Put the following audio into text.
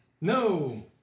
No